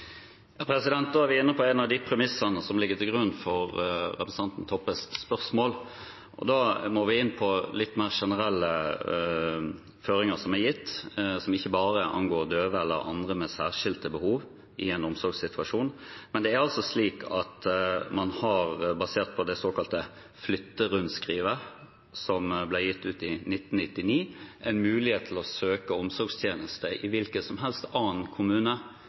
Da er vi inne på et av de premissene som ligger til grunn for representanten Toppes spørsmål, og må inn på litt mer generelle føringer som er gitt, som ikke bare angår døve eller andre med særskilte behov i en omsorgssituasjon. Det er slik at basert på det såkalte flytterundskrivet, som ble gitt ut i 1999, har man en mulighet til å søke om omsorgstjenester i hvilken som helst annen kommune